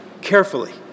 carefully